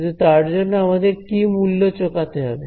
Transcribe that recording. কিন্তু তার জন্য আমাদের কি মূল্য চোকাতে হবে